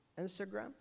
Instagram